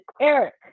eric